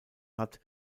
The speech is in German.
hat